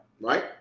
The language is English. right